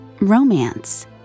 romance